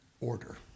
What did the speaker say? order